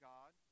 God